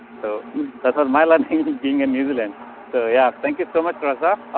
so that's where my learning, being an easel and so yeah, thank you so much rosa.